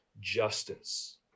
Justice